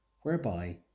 whereby